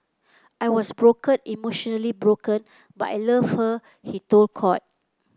I was broken emotionally broken but I loved her he told court